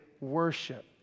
worship